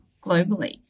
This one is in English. globally